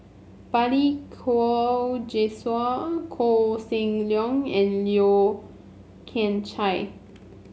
Balli Kaur Jaswal Koh Seng Leong and Yeo Kian Chye